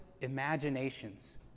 imaginations